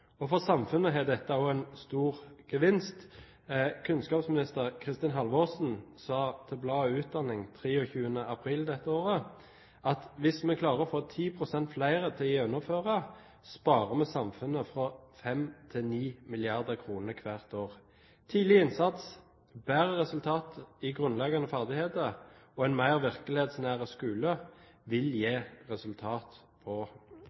opplæring. For samfunnet har dette vært en stor gevinst. Kunnskapsminister Kristin Halvorsen sa til bladet Utdanning 23. april i år: «Hvis vi får 10 prosent flere til å gjennomføre, sparer samfunnet fra fem til ni milliarder kroner hvert år. Tidlig innsats, bedre resultater i grunnleggende ferdigheter og en mer virkelighetsnær ungdomsskole kan gi resultater på